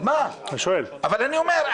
אבל אני אומר,